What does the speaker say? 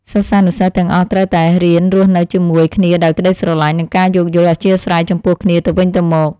សិស្សានុសិស្សទាំងអស់ត្រូវតែរៀនរស់នៅជាមួយគ្នាដោយក្តីស្រឡាញ់ និងការយោគយល់អធ្យាស្រ័យចំពោះគ្នាទៅវិញទៅមក។